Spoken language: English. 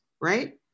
right